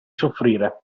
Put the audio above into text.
soffrire